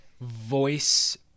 voice